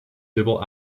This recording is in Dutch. dubbel